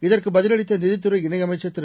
இதற்குப் பதிலளித்த நிதித்துறை இணையமைச்சர் திரு